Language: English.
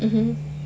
mm